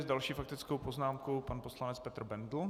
S další faktickou poznámkou pan poslanec Petr Bendl.